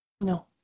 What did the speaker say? No